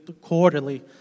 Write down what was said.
quarterly